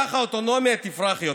ככה האוטונומיה תפרח יותר.